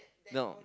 no